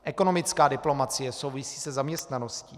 Ekonomická diplomacie souvisí se zaměstnaností.